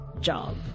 job